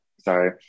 sorry